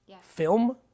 Film